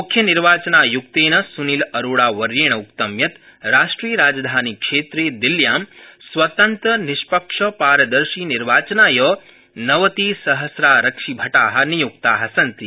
मुख्यनिर्वाचनायुक्तेन सुनील अरोड़ावर्येण उक्तं यत् राष्ट्रियराजधानीक्षेत्रे दिल्ल्यां स्वतन्त्रनिष्पक्षपारदर्शीनिर्वाचनाय नवतिसहस्रारक्षिभटा निय्क्ता सन्ति